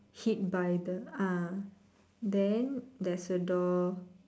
hid by the ah then there's a door